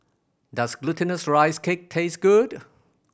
does Glutinous Rice Cake taste good